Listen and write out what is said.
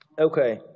Okay